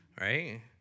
right